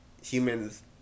humans